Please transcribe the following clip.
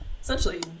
essentially